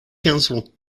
council